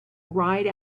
ride